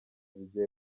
zigiye